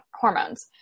hormones